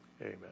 Amen